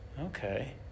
Okay